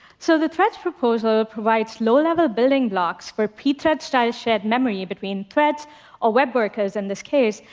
so the threads proposal ah provides low-level building blocks for pthread-style shared memory between threads or web workers in this case,